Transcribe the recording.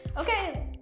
Okay